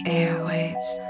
airwaves